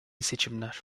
seçimler